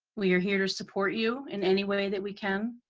we are here to support you in any way that we can.